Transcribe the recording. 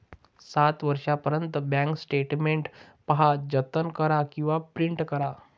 सात वर्षांपर्यंत bank statement पहा, जतन करा किंवा प्रिंट करा